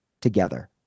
together